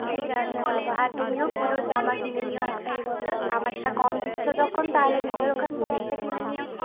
ঠিক আছে বাবা আর তুমিও পুজোর জামা কিনে নিও একটা এ বছর আমারটা কম দিচ্ছ যখন তাহলে নিজের ওখান থেকে একটা কিনে নিও